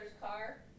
car